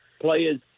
players